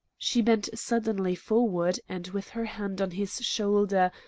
she bent suddenly forward and, with her hand on his shoulder,